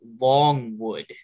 Longwood